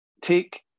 take